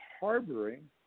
harboring